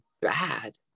bad